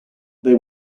they